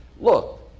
Look